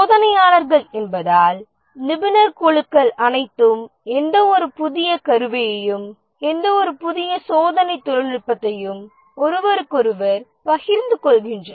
சோதனையாளர்கள் என்பதால் நிபுணர் குழுக்கள் அனைத்தும் எந்தவொரு புதிய கருவியையும் எந்தவொரு புதிய சோதனை தொழில்நுட்பத்தையும் ஒருவருக்கொருவர் பகிர்ந்து கொள்கின்றனர்